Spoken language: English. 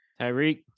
Tyreek